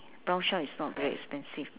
brown shell is not very expensive